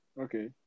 okay